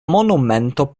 monumento